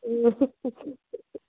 उम्